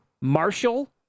Marshall